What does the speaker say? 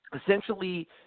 essentially